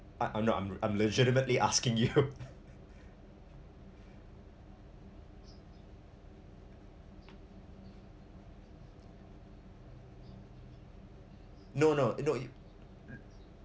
I I'm not I'm I'm legitimately asking you no no no you